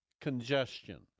congestion